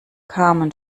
carmen